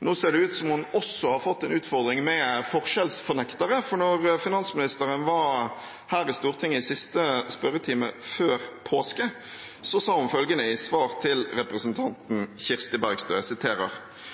Nå ser det ut som om hun også har fått en utfordring med forskjellsfornektere, for da finansministeren var her i Stortinget i siste spørretime før påske, sa hun følgende i svar til representanten Kirsti Bergstø: «Så det er rett og